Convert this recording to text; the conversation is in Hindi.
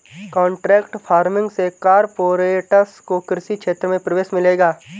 कॉन्ट्रैक्ट फार्मिंग से कॉरपोरेट्स को कृषि क्षेत्र में प्रवेश मिलेगा